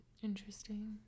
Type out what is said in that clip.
interesting